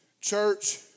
church